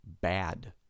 bad